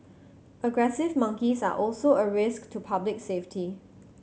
aggressive monkeys are also a risk to public safety